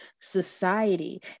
society